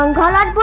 ah la la